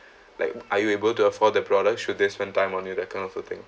like are you able to afford the products should they spend time on your that kind of a thing